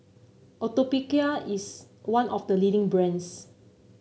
Atopiclair is one of the leading brands